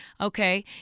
Okay